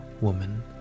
woman